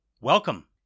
welcome